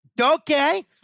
okay